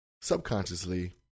Subconsciously